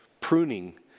pruning